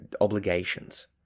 obligations